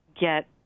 get